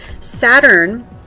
saturn